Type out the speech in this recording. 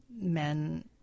men